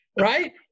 Right